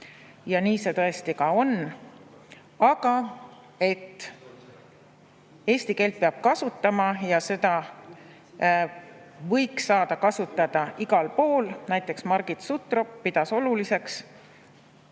Ja nii see tõesti on. Aga eesti keelt peab kasutama ja seda võiks saada kasutada igal pool. Näiteks Margit Sutrop pidas oluliseks,